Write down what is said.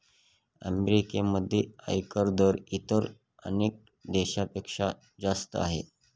अमेरिकेमध्ये आयकर दर इतर अनेक देशांपेक्षा जास्त आहे